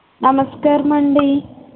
నమస్కారమండి